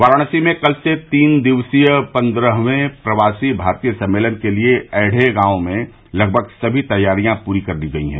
वाराणसी में कल से तीन दिक्सीय पन्द्रहवें प्रवासी भारतीय सम्मेलन के लिये ऐढ़े गांव में लगभग समी तैयारियां पूरी कर ली गई है